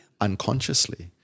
unconsciously